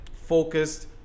focused